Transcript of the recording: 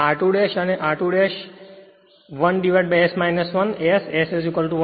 આ r2 અને r2 2 1S 1 S S1 છે